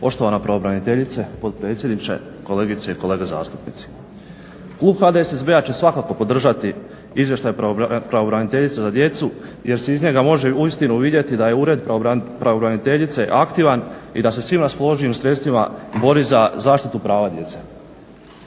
Poštovana pravobraniteljice, potpredsjedniče, kolegice i kolege zastupnici. Klub HDSSB-a će svakako podržati izvještaj pravobraniteljice za djecu jer se iz njega može uistinu vidjeti da je Ured pravobraniteljice aktivan i da se svim raspoloživim sredstvima bori za zaštitu prava djece.